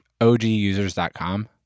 OGusers.com